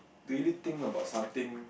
really think about something